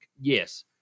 Yes